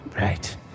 right